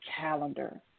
calendar